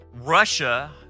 Russia